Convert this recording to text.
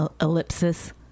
Ellipsis